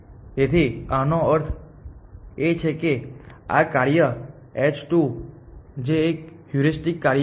તેથી આનો અર્થ એ છે કે આ કાર્ય h2 જે એક હ્યુરિસ્ટિક કાર્ય છે